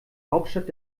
hauptstadt